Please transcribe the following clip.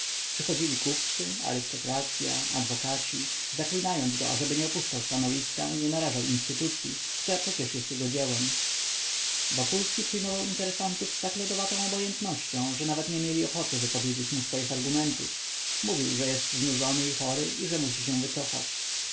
częstszemi przychodzili kupcy arystokracya adwokaci zaklinając go ażeby nie opuszczał stanowiska i nie narażał instytucyi która przecież jest jego dziełem wokulski przyjmował interesantów z tak lodowatą obojętnością że nawet nie mieli ochoty wypowiedzieć mu swoich argumentów mówił że jest znużony i chory i że musi się wycofać